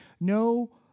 no